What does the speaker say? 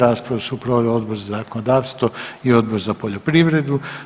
Raspravu su proveli Odbor za zakonodavstvo i Odbor za poljoprivredu.